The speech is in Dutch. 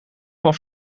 van